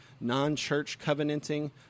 non-church-covenanting